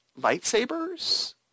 lightsabers